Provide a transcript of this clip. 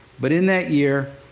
but in that year,